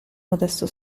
modesto